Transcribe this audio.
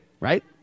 right